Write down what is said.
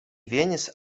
venis